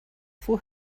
for